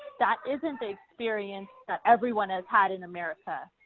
that isn't the experience that everyone has had in america.